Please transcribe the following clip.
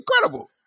incredible